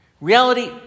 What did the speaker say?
reality